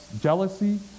jealousy